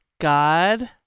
god